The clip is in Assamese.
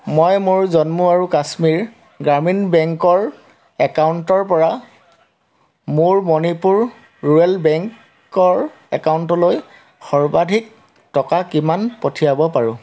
মই মোৰ জম্মু আৰু কাশ্মীৰ গ্ৰামীণ বেংকৰ একাউণ্টৰ পৰা মোৰ মণিপুৰ ৰুৰেল বেংকৰ একাউণ্টলৈ সৰ্বাধিক কিমান টকা পঠিয়াব পাৰোঁ